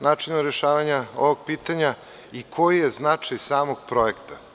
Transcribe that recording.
načinu rešavanja ovog pitanja i koji je značaj samog projekta.